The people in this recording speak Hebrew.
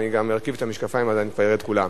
אני ארכיב את המשקפיים אז אני כבר אראה את כולם.